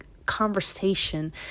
conversation